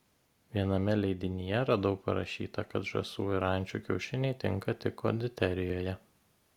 viename leidinyje radau parašyta kad žąsų ir ančių kiaušiniai tinka tik konditerijoje